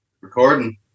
Recording